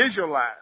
visualize